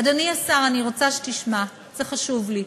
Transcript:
אדוני השר, אני רוצה שתשמע, זה חשוב לי.